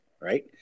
right